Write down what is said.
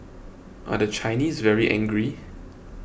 are the Chinese very angry